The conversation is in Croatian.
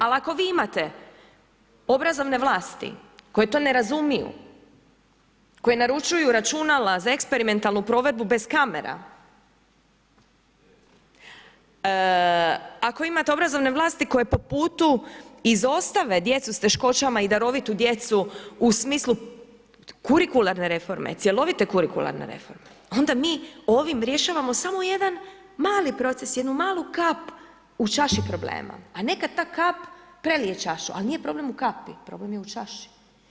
Ali ako vi imate obrazovne vlasti koje to ne razumiju, koje naručuju računala za eksperimentalnu provedbu bez kamera, ako imate obrazovne vlasti koje po putu izostave djecu s teškoćama i darovitu djecu u smislu kurikularne reforme, cjelovite kurikularne reforme, onda mi ovim rješavamo samo jedan mali proces, jednu malu kap u čaši problema a nekad ta kap prelije čašu ali nije problem u kapi, problem je u čaši.